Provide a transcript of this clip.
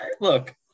look